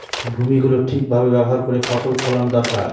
ভূমি গুলো ঠিক ভাবে ব্যবহার করে ফসল ফোলানো দরকার